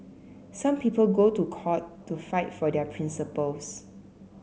some people go to court to fight for their principles